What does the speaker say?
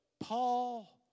Paul